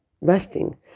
resting